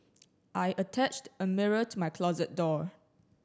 I attached a mirror to my closet door